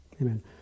Amen